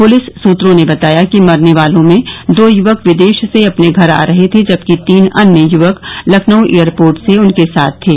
police सूत्रों ने बताया कि मरने वालों में दो युवक विदेश से अपने घर आ रहे थे जबकि तीन अन्य युवक लखनऊ एयरपोर्ट से उनके साथ थे